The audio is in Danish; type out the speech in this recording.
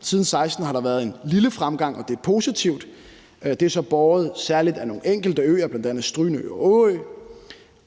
Siden 2016 har der været en lille fremgang, og det er positivt. Det er så særlig båret af nogle enkelte øer, bl.a. Strynø og Årø,